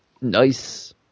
Nice